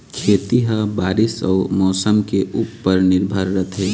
खेती ह बारीस अऊ मौसम के ऊपर निर्भर रथे